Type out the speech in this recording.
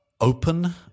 open